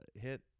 hit